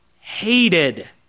hated